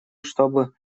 чтобы